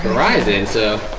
rising so